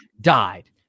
died